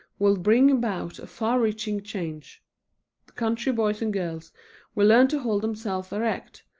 will bring about a far-reaching change. the country boys and girls will learn to hold themselves erect,